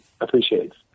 appreciates